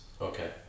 Okay